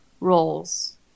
roles